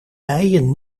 bijen